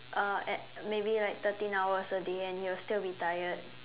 uh at maybe like thirteen hours a day and he'll still be tired